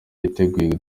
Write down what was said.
yiteguye